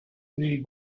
pretty